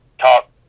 talk